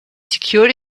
secured